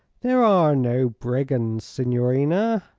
there are no brigands, signorina.